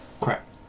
crap